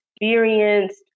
experienced